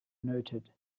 noted